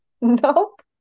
nope